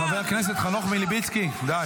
--- חבר הכנסת חנוך מלביצקי, די.